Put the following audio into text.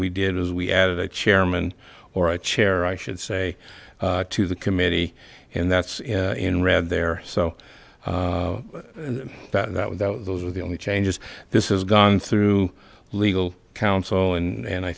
we did was we added a chairman or a chair i should say to the committee and that's in red there so that without those were the only changes this has gone through legal counsel and and i